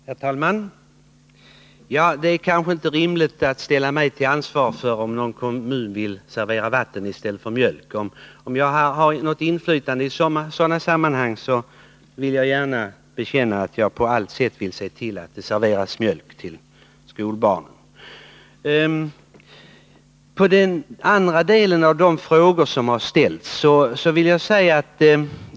Herr talman! Det kanske inte är rimligt att ställa mig till ansvar för om någon kommun vill servera vatten i stället för mjölk. Om jag hade något inflytande i sådana sammanhang skulle jag gärna se till att det serverades mjölk till skolbarnen.